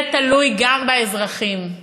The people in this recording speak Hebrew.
זה תלוי גם באזרחים.